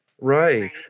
Right